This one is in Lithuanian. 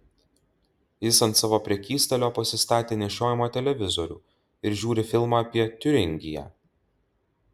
jis ant savo prekystalio pasistatė nešiojamą televizorių ir žiūri filmą apie tiuringiją